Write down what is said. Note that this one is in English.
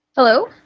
hello?